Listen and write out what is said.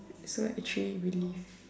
so like train really